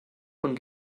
von